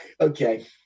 Okay